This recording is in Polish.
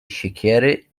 siekiery